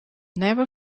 never